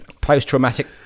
post-traumatic